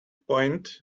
point